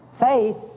faith